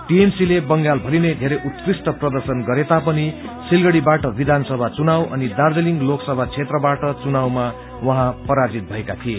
TMC ले बंगाल भरिनै वेरै उत्कृष्ट प्रर्दशन गरेता पनि सिलगझी बाट विधानसभा चुनाव अनि दार्जीलिङ लोकसभा क्षेत्रबाट चुनावमा पराजित भएका थिए